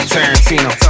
Tarantino